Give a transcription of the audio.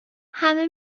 همه